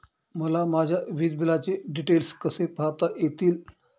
मला माझ्या वीजबिलाचे डिटेल्स कसे पाहता येतील?